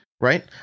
Right